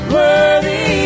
worthy